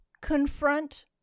confront